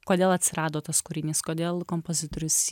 kodėl atsirado tas kūrinys kodėl kompozitorius